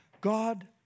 God